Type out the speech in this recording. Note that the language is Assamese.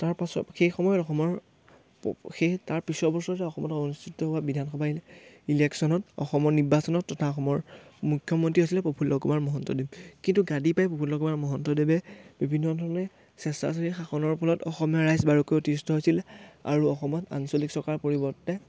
তাৰপাছত সেই সময়ত অসমৰ প সেই তাৰ পিছৰ বছৰতে অসমত অনুষ্ঠিত হোৱা বিধানসভা ইলেকশ্যনত অসমৰ নিৰ্বাচনত তথা অসমৰ মুখ্যমন্ত্ৰী হৈছিলে প্ৰফুল্ল কুমাৰ মহন্তদেৱ কিন্তু গাদী পাই প্ৰফুল কুমাৰ মহন্তদেৱে বিভিন্ন ধৰণে স্বেচ্ছাচাৰী শাসনৰ ফলত অসমীয়া ৰাইজ বাৰুকৈ অতিষ্ঠ হৈছিলে আৰু অসমত আঞ্চলিক চৰকাৰৰ পৰিৱৰ্তে